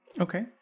Okay